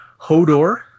Hodor